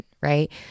right